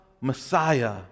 Messiah